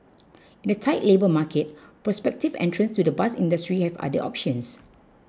in a tight labour market prospective entrants to the bus industry have other options